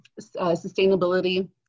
sustainability